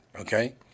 okay